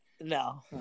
No